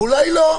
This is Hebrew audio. ואולי לא.